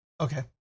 Okay